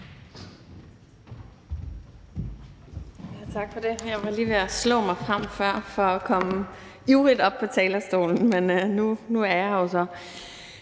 Tak for det. Jeg var lige ved at slå mig frem før for at komme ivrigt op på talerstolen, men nu er jeg her jo så.